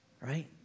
right